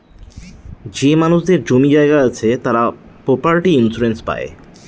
যে মানুষদের জমি জায়গা আছে তারা প্রপার্টি ইন্সুরেন্স পাই